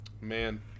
Man